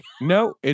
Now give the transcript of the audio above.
No